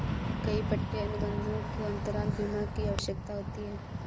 कई पट्टे अनुबंधों को अंतराल बीमा की आवश्यकता होती है